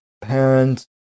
parents